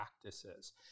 practices